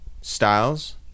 styles